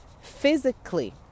Physically